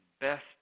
best